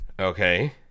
Okay